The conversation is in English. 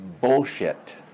Bullshit